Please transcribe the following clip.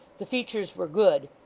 the features were good,